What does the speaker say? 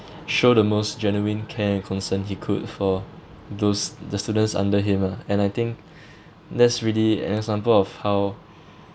show the most genuine care and concern he could for those the students under him ah and I think that's really an example of how